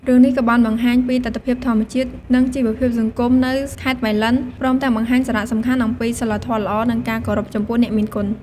រឿងនេះក៏បានបង្ហាញពីទិដ្ឋភាពធម្មជាតិ និងជីវភាពសង្គមនៅខេត្តប៉ៃលិន ព្រមទាំងបង្ហាញសារៈសំខាន់អំពីសីលធម៌ល្អ និងការគោរពចំពោះអ្នកមានគុណ។